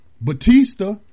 Batista